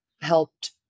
helped